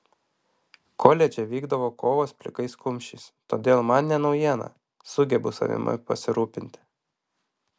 koledže vykdavo kovos plikais kumščiais todėl man ne naujiena sugebu savimi pasirūpinti